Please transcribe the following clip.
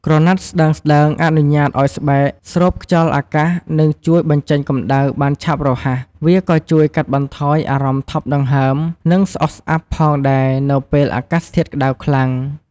ក្រណាត់ស្តើងៗអនុញ្ញាតឲ្យស្បែកស្រូបខ្យល់អាកាសនិងជួយបញ្ចេញកម្ដៅបានឆាប់រហ័ស វាក៏ជួយកាត់បន្ថយអារម្មណ៍ថប់ដង្ហើម និងស្អុះស្អាប់ផងដែរនៅពេលអាកាសធាតុក្តៅខ្លាំង។